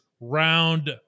round